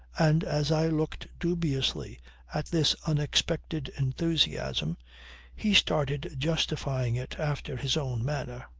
and as i looked dubiously at this unexpected enthusiasm he started justifying it after his own manner.